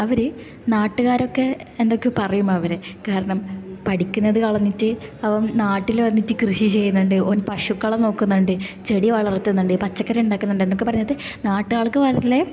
അവർ നാട്ടുകാരൊക്കെ എന്തെക്കെയോ പറയും അവരെ കാരണം പഠിക്കുന്നത് കളഞ്ഞിട്ട് അവൻ നാട്ടിൽ വന്നിട്ട് കൃഷി ചെയ്യുന്നുണ്ട് ഓൻ പശുക്കളെ നോക്കുന്നുണ്ട് ചെടി വളർത്തുന്നുണ്ട് പച്ചക്കറി ഉണ്ടാക്കുന്നുണ്ട് എന്നൊക്കെ പറഞ്ഞിട്ട് നാട്ടുകാർക്ക് വളരെ